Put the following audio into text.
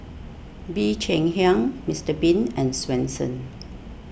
Bee Cheng Hiang Mister Bean and Swensens